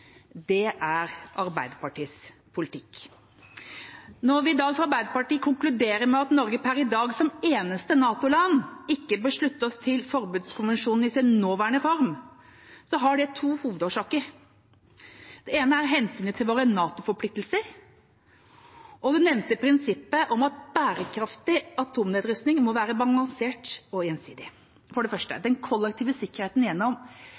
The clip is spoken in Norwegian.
det er Arbeiderpartiets politikk. Når vi da fra Arbeiderpartiet konkluderer med at Norge per i dag som eneste NATO-land ikke bør slutte seg til forbudskonvensjonen i sin nåværende form, har det to hovedårsaker. Det ene er hensynet til våre NATO-forpliktelser og det nevnte prinsippet om at bærekraftig atomnedrustning må være balansert og gjensidig. For det første: Den kollektive sikkerheten gjennom